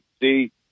see